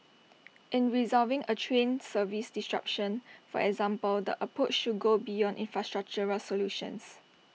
in resolving A train service disruption for example the approach should go beyond infrastructural solutions